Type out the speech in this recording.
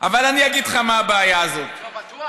אבל אני אגיד לך מה הבעיה הזאת, אתה בטוח?